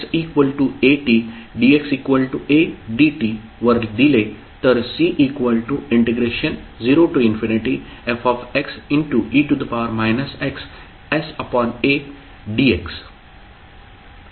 जर आपण xat dxa dt वर दिले तर c0fxe xsadx